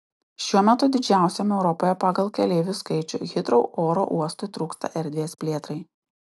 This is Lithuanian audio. šiuo metu didžiausiam europoje pagal keleivių skaičių hitrou oro uostui trūksta erdvės plėtrai